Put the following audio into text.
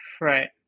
Right